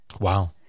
Wow